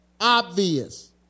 obvious